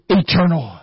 eternal